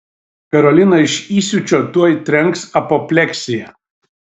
karoliną iš įsiūčio tuoj trenks apopleksija